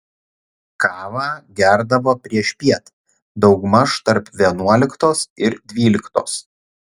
kavą gerdavo priešpiet daugmaž tarp vienuoliktos ir dvyliktos